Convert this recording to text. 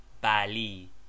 Bali